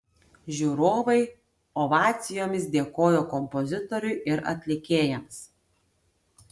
žiūrovai ovacijomis dėkojo kompozitoriui ir atlikėjams